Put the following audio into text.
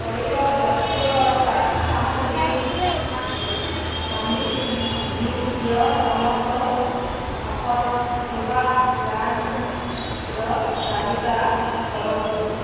ତୈଲ ଜାତୀୟ ସାମଗ୍ରୀ ଏ ସମ୍ବନ୍ଧୀୟ ସମସ୍ତ ଅଫର୍ ଥିବା ଗ୍ରାଣ୍ଟର ତାଲିକା କରନ୍ତୁ